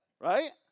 Right